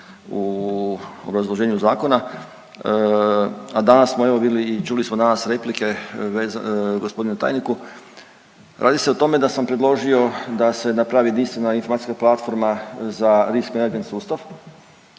u obrazloženju zakona, a danas smo evo vidjeli i čuli smo danas replike g. tajniku. Radi se o tome da sam predložio da se napravi jedinstvena informacijska platforma za RIS Management sustav,